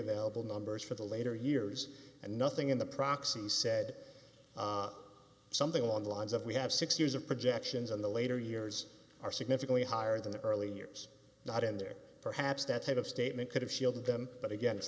available numbers for the later years and nothing in the proxy said something along the lines of we have six years of projections on the later years are significantly higher than the early years not in there perhaps that type of statement could have shielded them but again it's